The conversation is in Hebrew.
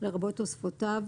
לרבות תוספותיו,